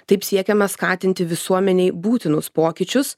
taip siekiama skatinti visuomenei būtinus pokyčius